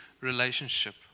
relationship